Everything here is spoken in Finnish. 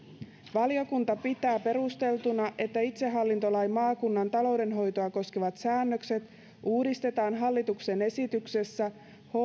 valiokunta pitää perusteltuna että itsehallintolain maakunnan taloudenhoitoa koskevat säännökset uudistetaan hallituksen esityksessä